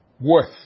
worth